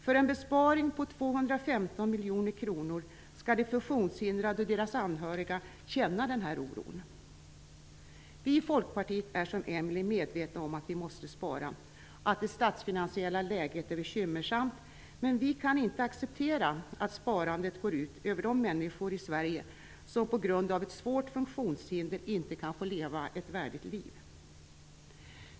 För en besparing på 215 miljoner kronor skall de funktionshindrade och deras anhöriga känna den här oron. Vi i Folkpartiet är som Emelie medvetna om att vi måste spara och att det statsfinansiella läget är bekymmersamt, men vi kan inte acceptera att sparandet går ut över de människor i Sverige som på grund av ett svårt funktionshinder inte kan få leva ett värdigt liv.